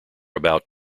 about